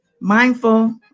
mindful